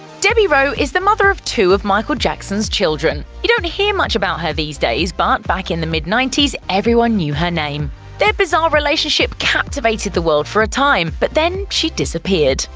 debbie rowe is the mother of two of michael jackson's children. you don't hear much about her these days, but back in the mid ninety s everyone knew her name their bizarre relationship captivated the world for a time, but then she disappeared.